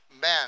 men